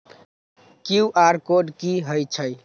QR code कि हई छई?